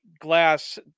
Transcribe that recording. glass